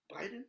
Biden